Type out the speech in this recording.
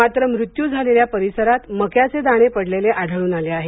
मात्र मृत्यू झालेल्या परिसरात मक्याचे दाणे पडलेले आढळून आले आहेत